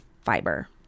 fiber